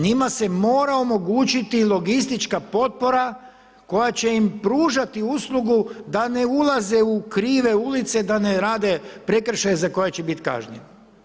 Njima se mora omogućiti logistička potpora koja će im pružati uslugu da ne ulaze u krive ulice, da ne rade prekršaj za koje će biti kažnjeni.